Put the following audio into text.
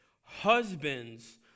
husbands